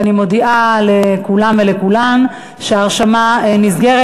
ואני מודיעה לכולם ולכולן שההרשמה נסגרת.